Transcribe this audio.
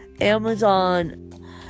Amazon